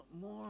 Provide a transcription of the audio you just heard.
more